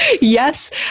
yes